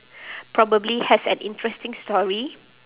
probably has an interesting story